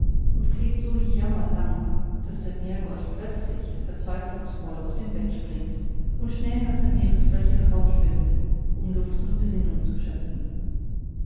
und klagt so jammerlang daß der meergott plötzlich verzweiflungsvoll aus dem bett springt und schnell nach der meeresfläche heraufschwimmt um luft und besinnung zu schöpfen